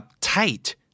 tight